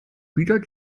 wieder